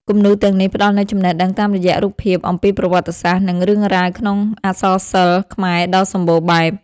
គំនូរទាំងនេះផ្ដល់នូវចំណេះដឹងតាមរយៈរូបភាពអំពីប្រវត្តិសាស្ត្រ និងរឿងរ៉ាវក្នុងអក្សរសិល្បខ្មែរដ៏សម្បូរបែប។